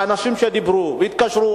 ואנשים דיברו והתקשרו,